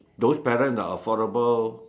those parents are affordable